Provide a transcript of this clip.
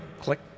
click